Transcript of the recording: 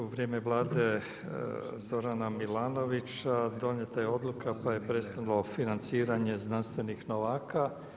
U vrijeme Vlade Zorana Milanovića donijela je odluka pa je prestalo financiranje znanstvenih novaka.